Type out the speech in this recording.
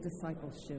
discipleship